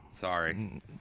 sorry